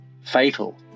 fatal